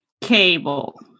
Cable